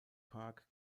park